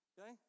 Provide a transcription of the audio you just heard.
okay